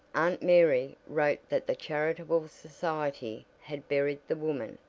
aunt mary wrote that the charitable society had buried the woman,